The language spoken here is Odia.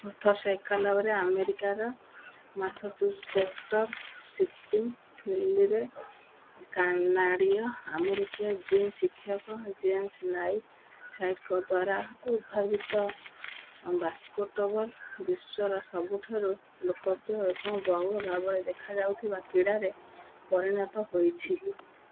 ଅଠରଶହ ଏକାନାବେରେ ଆମେରିକାର ମାସାଚୁସେଟ୍ସର ସିପିଙ୍ଗ ଫିଲ୍ଡରେ କାନାଡ଼ିୟ ଆମେରିକୀୟ ଜିମ୍ ଶିକ୍ଷକ ଜେମ୍ସ ନାଇ ସାଇଟଙ୍କ ଦ୍ୱାରା ଉଦ୍ଭାବିତ ବାସ୍କେଟ୍ ବଲ୍ ବିଶ୍ୱର ସବୁଠାରୁ ଲୋକପ୍ରିୟ ଏବଂ ବହୁଳ ଭାବରେ ଦେଖାଯାଉଥିବା କ୍ରୀଡ଼ାରେ ପରିଣତ ହୋଇଛି